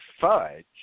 fudge